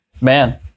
man